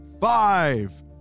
Five